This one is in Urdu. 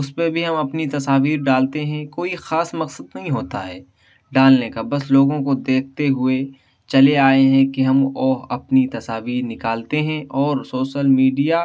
اس پہ بھی ہم اپنی تصاویر ڈالتے ہیں کوئی خاص مقصد نہیں ہوتا ہے ڈالنے کا بس لوگوں کو دیکھتے ہوئے چلے آئے ہیں کہ ہم وہ اپنی تصاویر نکالتے ہیں اور سوشل میڈیا